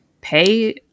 pay